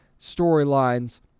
storylines